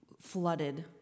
flooded